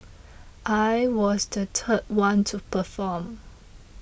I was the third one to perform